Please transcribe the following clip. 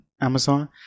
amazon